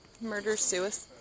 murder-suicide